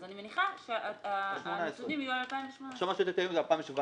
אז אני מניחה שהנתונים יהיו על 2018. על